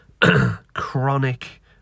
chronic